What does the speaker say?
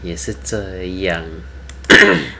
也是这样